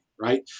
right